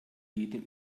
jedem